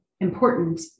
important